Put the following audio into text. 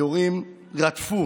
היורים רדפו